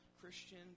Christian